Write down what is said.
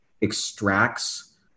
extracts